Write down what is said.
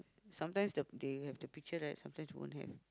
sometimes the they have the pictures right sometimes don't have